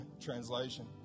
translation